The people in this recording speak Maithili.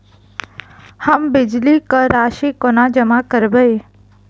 हम बिजली कऽ राशि कोना जमा करबै?